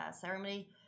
ceremony